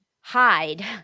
hide